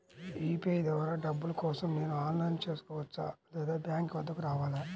UPI ద్వారా డబ్బులు కోసం నేను ఆన్లైన్లో చేసుకోవచ్చా? లేదా బ్యాంక్ వద్దకు రావాలా?